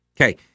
Okay